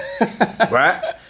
Right